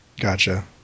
Gotcha